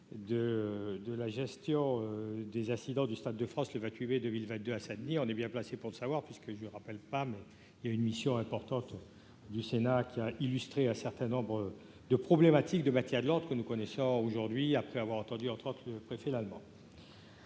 de la gestion des incidents du Stade de France l'évacuer 2022, à Saint-Denis, on est bien placé pour le savoir puisque je rappelle pas mais il y a une mission importante du Sénat qui a illustré un certain nombre de problématiques de matières, de l'autre, que nous connaissons aujourd'hui, après avoir entendu en tant que préfet l'Lallement.